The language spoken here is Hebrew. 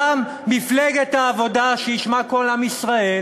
גם מפלגת העבודה, שישמע כל עם ישראל,